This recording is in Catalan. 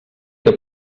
que